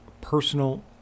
personal